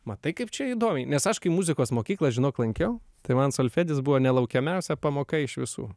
matai kaip čia įdomiai nes aš kai muzikos mokyklą žinok lankiau tai man solfedis buvo ne laukiamiausia pamoka iš visų